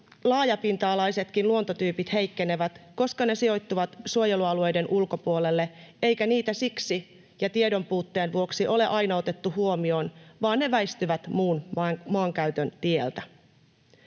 laajapinta-alaisetkin luontotyypit heikkenevät, koska ne sijoittuvat suojelualueiden ulkopuolelle, eikä niitä siksi ja tiedonpuutteen vuoksi ole aina otettu huomioon, vaan ne väistyvät muun maankäytön tieltä.